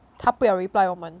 他不要 reply 我们